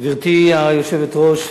גברתי היושבת-ראש,